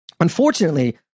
Unfortunately